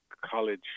College